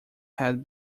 had